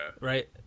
Right